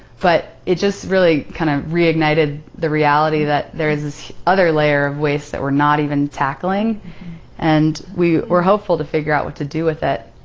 but it just really kind of re-ignited the reality that there is this other layer of waste that we're not even tackling and we're hopeful to figure out what to do with it.